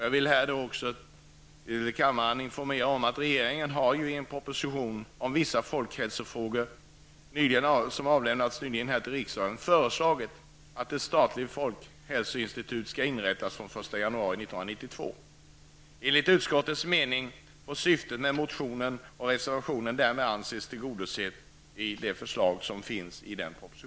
Jag vill i anslutning till detta informera kammaren om att regeringen nyligen har avlämnat en proposition om vissa folkhälsofrågor till riksdagen. Där föreslår man att ett statligt folkhälsoinstitut skall inrättas den 1 januari 1992. Enligt utskottets mening får syftet med motionen och reservationen därmed anses tillgodosett.